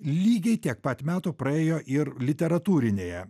lygiai tiek pat metų praėjo ir literatūrinėje